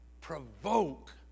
provoke